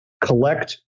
collect